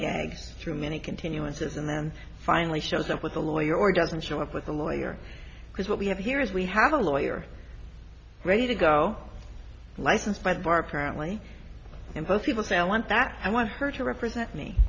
lollygag through many continuances and then finally shows up with a lawyer or doesn't show up with a lawyer because what we have here is we have a lawyer ready to go licensed by the bar apparently and both people say i want that i want her to represent me